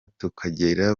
tukagera